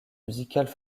musicales